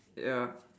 ya